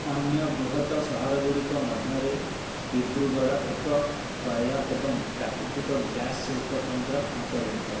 ଅନ୍ୟ ବୃହତ ସହରଗୁଡ଼ିକ ମଧ୍ୟରେ ଦିବ୍ରୁଗଡ ଏକ ତୈଳ ଏବଂ ପ୍ରାକୃତିକ ଗ୍ୟାସ ଶିଳ୍ପ କେନ୍ଦ୍ର ଅନ୍ତର୍ଭୁକ୍ତ